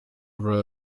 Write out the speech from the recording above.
several